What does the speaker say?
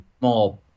more